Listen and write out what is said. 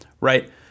right